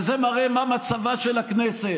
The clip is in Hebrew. וזה מראה מה מצבה של הכנסת.